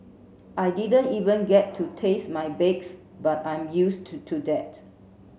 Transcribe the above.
I didn't even get to taste my bakes but I'm used to to that